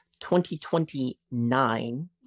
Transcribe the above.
2029